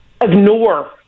ignore